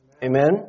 Amen